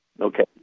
okay